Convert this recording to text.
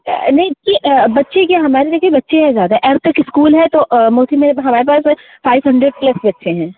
नहीं कि बच्चे कि हमारे देखिए बच्चे है ज्यादा एट्थ तक इस्कूल है तो उसी में हमारे पास फाइव हंडरेड प्लस बच्चे हैं